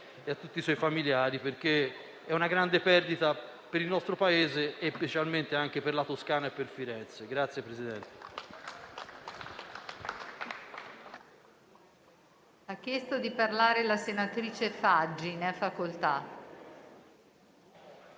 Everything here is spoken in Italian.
e a tutti i suoi familiari, perché è una grande perdita per il nostro Paese e specialmente per la Toscana e per Firenze.